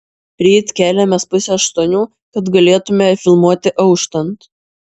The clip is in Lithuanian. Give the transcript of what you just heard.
ryt keliamės pusę aštuonių kad galėtumėm filmuoti auštant